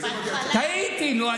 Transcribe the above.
שנתיים, טעיתי, נו.